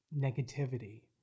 negativity